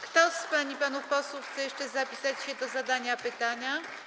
Kto z pań i panów posłów chce jeszcze zapisać się do zadania pytania?